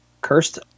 cursed